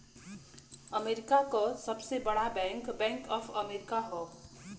America क सबसे बड़ा बैंक बैंक ऑफ अमेरिका हौ